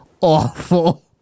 awful